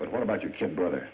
but what about your kid brother